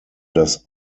das